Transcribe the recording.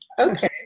okay